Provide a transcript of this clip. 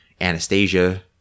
Anastasia